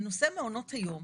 לנושא מעונות היום,